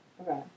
Okay